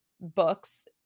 books